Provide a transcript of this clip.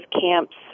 camps